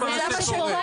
זה מה שקורה.